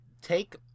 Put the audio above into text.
take